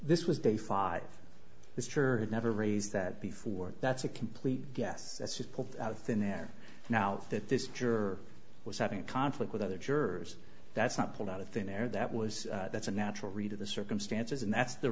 this was day five this church never raised that before that's a complete guess it's just pulled out of thin air now that this juror was having a conflict with other jurors that's not pulled out of thin air that was that's a natural read of the circumstances and that's the